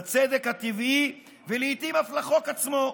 לצדק הטבעי ולעיתים אף לחוק הישראלי.